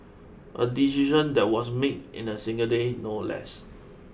a decision that was made in a single day no less